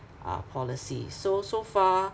uh policy so so far